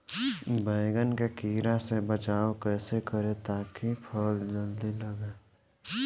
बैंगन के कीड़ा से बचाव कैसे करे ता की फल जल्दी लगे?